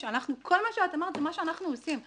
שכל מה שאת אמרת זה מה שאנחנו עושים.